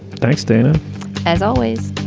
thanks, dana as always,